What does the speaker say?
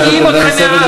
מקיאים אתכם מהארץ.